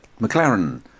McLaren